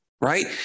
Right